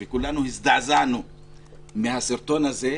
כולנו הזדעזענו מהסרטון הזה,